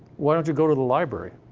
why don't you go to the library?